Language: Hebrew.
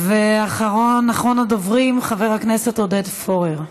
אחרון הדוברים, חבר הכנסת עודד פורר.